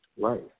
Right